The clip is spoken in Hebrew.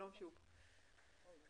שוב שלום.